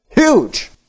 Huge